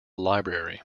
library